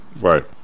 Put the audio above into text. right